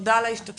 תודה על ההשתתפות,